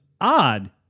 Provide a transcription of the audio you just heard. odd